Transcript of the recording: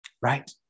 Right